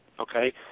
okay